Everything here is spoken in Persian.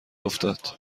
افتاد